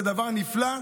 זה דבר נפלא.